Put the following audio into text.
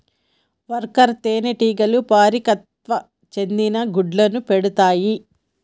worker తేనెటీగలు పరిపక్వత చెందని గుడ్లను పెడతాయి